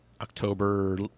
October